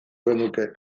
genuke